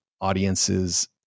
audiences